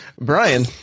Brian